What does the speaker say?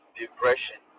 depression